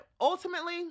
ultimately